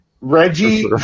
Reggie